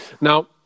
Now